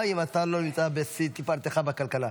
גם אם אתה לא נמצא בשיא תפארתך בכלכלה.